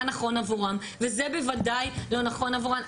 נכון עבורם וזה בוודאי לא נכון עבורן.